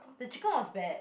the chicken was bad